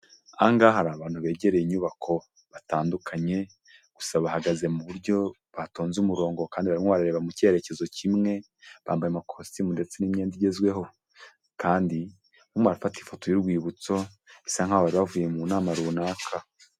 Aha ngaha hari abantu begereye inyubako batandukanye, gusa bahagaze mu buryo batonze umurongo, kandi barimo barareba mu cyerekezo kimwe, bambaye amakositimu ndetse n'imyenda igezweho. Kandi barimo barafata ifoto y'urwibutso, bisa nk'aho bari bavuye mu nama runaka.